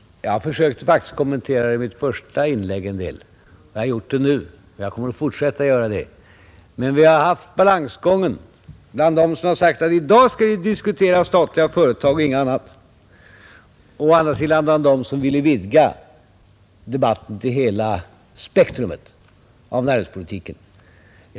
Fru talman! Jag försökte faktiskt något kommentera den frågan i mitt första inlägg, och jag har kommenterat den nu. Men vi har haft balansgången mellan å ena sidan dem som sagt att ”i dag skall vi diskutera statsföretag och ingenting annat” och å andra sidan dem som ville vidga debatten till att gälla näringspolitikens hela spektrum.